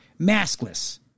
maskless